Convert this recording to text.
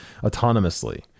autonomously